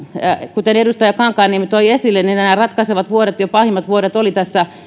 kuten edustaja kankaanniemi toi esille niin kun nämä ratkaisevat vuodet ja pahimmat vuodet olivat